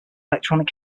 electronic